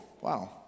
wow